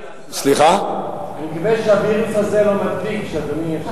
אני מקווה שהווירוס הזה לא מדביק.